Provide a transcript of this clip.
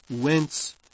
whence